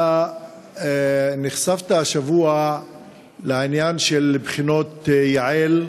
נחשף בפניך השבוע עניין בחינות יע"ל,